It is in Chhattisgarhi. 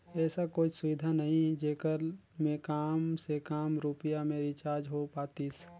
ऐसा कोई सुविधा नहीं जेकर मे काम से काम रुपिया मे रिचार्ज हो पातीस?